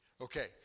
Okay